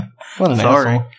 sorry